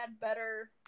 better